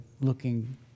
looking